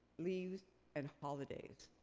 leaves and holidays.